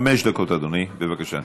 חמש דקות אדוני, בבקשה.